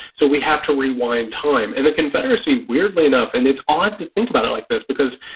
so we have to rewind time and the confederacy. weirdly enough. and it's odd to think about it like this because,